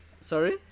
Sorry